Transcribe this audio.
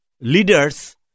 Leaders